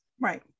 Right